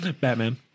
batman